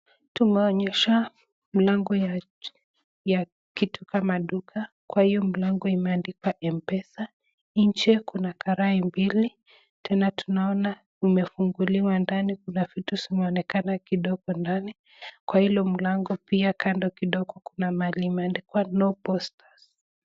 Tumeonyeshwa mlango ya kitu kama duka. Kwa hii mlango imeandikwa MPESA.Nje kuna karai mbili tena tunaona kumefunguliwa ndani tunaona kuna vitu zinazoonekana kidogo ndani , kwa hilo mlango pia kando kidogo kuna mahali imeandikwa No Posters .